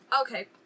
okay